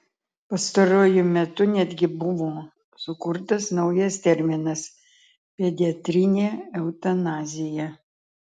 pastaruoju metu netgi buvo sukurtas naujas terminas pediatrinė eutanazija